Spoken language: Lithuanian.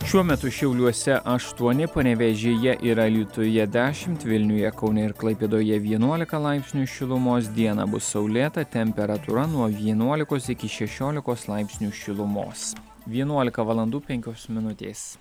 šiuo metu šiauliuose aštuoni panevėžyje ir alytuje dešimt vilniuje kaune ir klaipėdoje vienuolika laipsnių šilumos dieną bus saulėta temperatūra nuo vienuolikos iki šešiolikos laipsnių šilumos vienuolika valandų penkios minutės